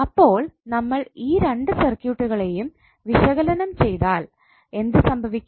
അപ്പോൾ നമ്മൾ ഈ രണ്ട് സർക്യൂട്ട്കളെയും വിശകലനം ചെയ്താൽ എന്ത് സംഭവിക്കും